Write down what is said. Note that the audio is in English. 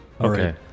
Okay